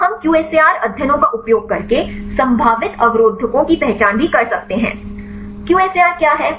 तो हम क्यूएसएआर अध्ययनों का उपयोग करके संभावित अवरोधकों की पहचान भी कर सकते हैं QSAR क्या है